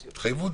בו,